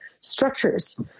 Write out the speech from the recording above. structures